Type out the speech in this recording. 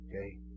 Okay